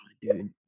Dude